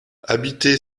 habitée